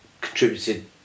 contributed